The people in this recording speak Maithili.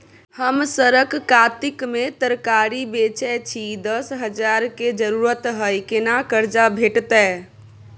हम सरक कातिक में तरकारी बेचै छी, दस हजार के जरूरत हय केना कर्जा भेटतै?